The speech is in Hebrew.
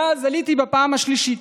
ואז עליתי בפעם השלישית.